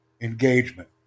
engagement